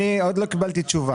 אני עוד לא קיבלתי תשובה.